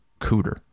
Cooter